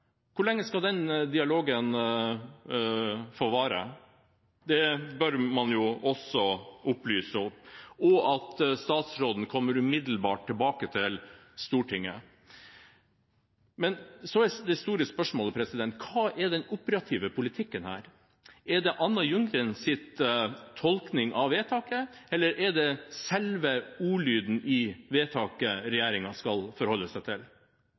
hvor lenge skal den dialogen få vare? Det bør man jo også opplyse om, og at statsråden kommer umiddelbart tilbake til Stortinget. Men så er det store spørsmålet: Hva er den operative politikken her? Er det Anna Ljunggrens tolkning av vedtaket, eller er det selve ordlyden i vedtaket regjeringen skal forholde seg til?